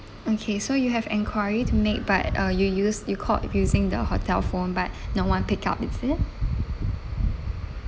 okay so you have enquiry to make but uh you use you called using the hotel phone but no one pick up is it